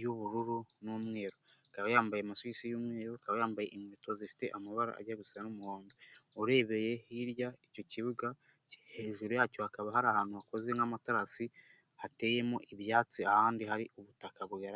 y'ubururu n'umweru akaba yambaye amasogisi y'umweru akaba yambaye inkweto zifite amabara ajya gusa n'umuhondo urebeye hirya icyo kibuga hejuru yacyo hakaba hari ahantu hakoze nk'amaterasi hateyemo ibyatsi ahandi hari ubutaka bugaragara.